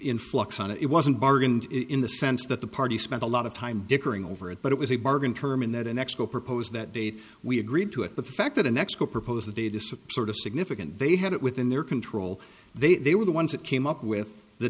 in flux on it wasn't bargained in the sense that the party spent a lot of time dickering over it but it was a bargain term in that an expo proposed that date we agreed to it the fact that an extra proposal day to support a significant they had it within their control they were the ones that came up with the